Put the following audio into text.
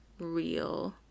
real